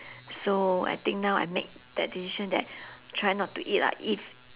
so I think now I make that decision that try not to eat lah if